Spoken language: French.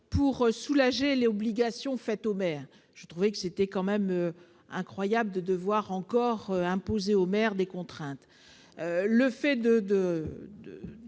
pour soulager les obligations faites aux maires, je trouvais que c'était quand même incroyable de devoir encore imposer aux maires des contraintes, le fait de,